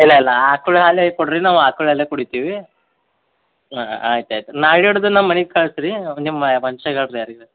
ಇಲ್ಲ ಇಲ್ಲ ಆಕ್ಳ ಹಾಲೇ ಕೊಡಿರಿ ನಾವು ಆಕ್ಳ ಹಾಲೇ ಕುಡಿತೀವಿ ಹಾಂ ಆಯ್ತು ಆಯ್ತು ನಾಳೆ ಹಿಡಿದು ನಮ್ಮ ಮನೆಗ್ ಕಳ್ಸಿ ರೀ ನಿಮ್ಮ ಯಾರು ಇದ್ದಾರೋ